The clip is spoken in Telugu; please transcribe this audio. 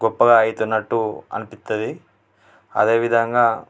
గొప్పగా అవుతున్నట్టు అనిపిస్తుంది అదే విధంగా